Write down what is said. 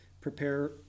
prepare